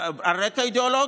על רקע אידיאולוגי.